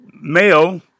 male